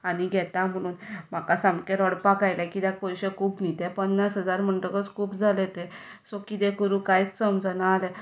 आनी घेता म्हुणून म्हाका सामकें रडपाक आयलें किद्याक पयशे खूब न्ही ते पन्नास हजार म्हणटकच खूब जाले ते सो किदें करूं कांयच समजना आलें